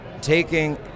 Taking